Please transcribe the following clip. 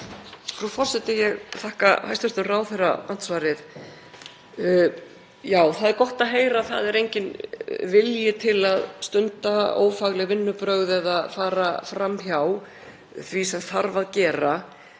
Frú forseti. Ég þakka hæstv. ráðherra andsvarið. Já, það er gott að heyra að það er enginn vilji til að stunda ófagleg vinnubrögð eða fara fram hjá því sem þarf að gera.